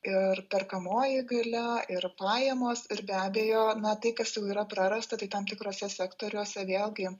ir perkamoji galia ir pajamos ir be abejo tai kas jau yra prarasta tai tam tikruose sektoriuose vėl gi